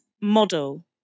model